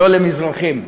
לא למזרחיים,